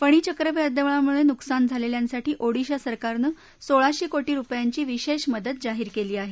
फणी चक्रीवादळामुळे नुकसान झालेल्यांसाठी ओडिशा सरकारनं सोळाशे कोटी रुपयांची विशेष मदत जाहीर केली आहे